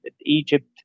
Egypt